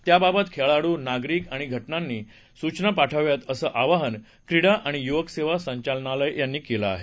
त्याबाबत खेळाडू नागरिक आणि संघटनांनी सूचना पाठवाव्यात असं आवाहन क्रीडा आणि युवक सेवा संचालनालयानं केलं आहे